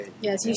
Yes